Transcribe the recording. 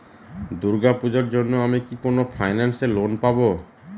দূর্গা পূজোর জন্য আমি কি কোন ফাইন্যান্স এ লোন পাবো?